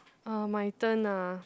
uh my turn ah